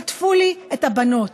חטפו לי את הבנות.